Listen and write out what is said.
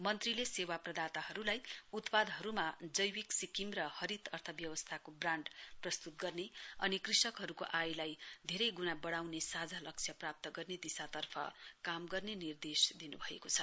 मन्त्रीले सेवा प्रदाताहरूलाई उत्पादहरूमा जैविक सिक्किम र हरित अर्थव्यवस्थाको ब्रान्ड प्रस्त्त गर्ने अनि कृषकहरूको आयलाई धेरै ग्णा बढ़ाउनका निम्ति साझा लक्ष्य प्राप्त गर्ने दिशातर्फ काम गर्न् निर्देश दिन्भएको छ